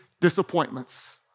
disappointments